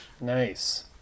Nice